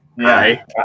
Hi